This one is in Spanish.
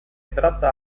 trata